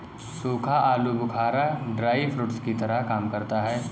सूखा आलू बुखारा ड्राई फ्रूट्स की तरह काम करता है